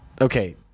Okay